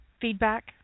feedback